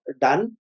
done